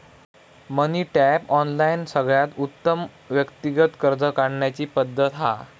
मनी tap, online सगळ्यात उत्तम व्यक्तिगत कर्ज काढण्याची पद्धत हा